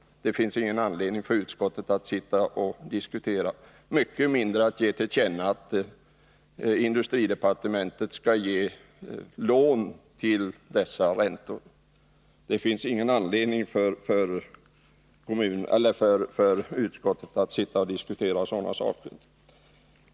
Och det finns ännu mindre anledning för utskottet att ge till känna att industridepartementet skall ge lån till dessa räntor.